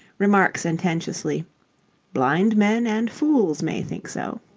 remark sententiously blind men and fools may think so.